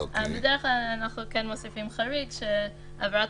בדרך כלל אנחנו כן מוסיפים חריג שעבירת